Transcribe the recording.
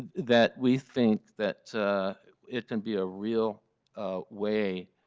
that we think that it can be a real way,